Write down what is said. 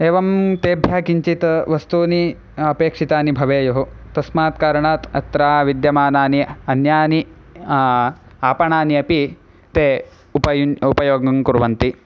एवं तेभ्यः किञ्चित् वस्तूनि अपेक्षितानि भवेयुः तस्मात् कारणात् अत्र विद्यमानानि अन्यानि आपणानि अपि ते उपयुञ् उपयोगं कुर्वन्ति